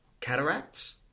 cataracts